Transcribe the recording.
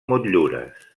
motllures